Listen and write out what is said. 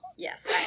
Yes